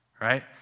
right